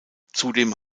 zudem